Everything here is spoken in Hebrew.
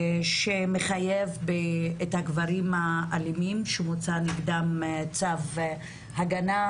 שמחייב את הגברים האלימים שבוצע נגדם צו הגנה,